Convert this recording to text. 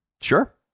Sure